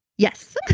yes.